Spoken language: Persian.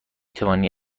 توانی